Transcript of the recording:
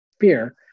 fear